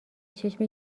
چشم